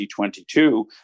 2022